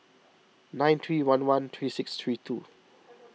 nine three one one three six three two